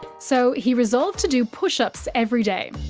so, he resolved to do push-ups every day.